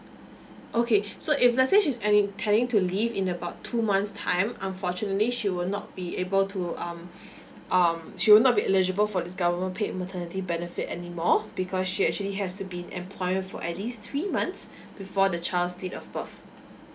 okay so if let's say she's and intending to leave in about two months time unfortunately she will not be able to um um she will not be eligible for the government paid maternity benefit anymore because she actually has to been in employemny for at least three months before the child's date of birth